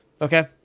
Okay